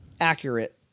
accurate